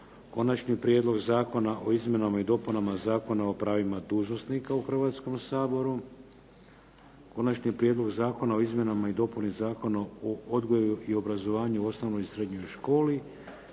Konačni prijedlog zakona o izmjenama i dopunama Zakona o pravima dužnosnika u Hrvatskom saboru, Konačni prijedlog zakona o izmjenama i dopuni Zakona o odgoju i obrazovanju u osnovnoj i srednjoj školi,